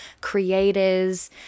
creators